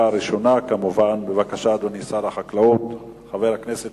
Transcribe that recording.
של חבר הכנסת